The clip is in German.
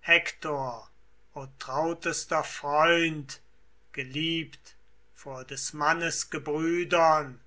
hektor o trautester freund geliebt vor des mannes gebrüdern